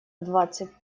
двадцать